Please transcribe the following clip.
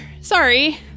Sorry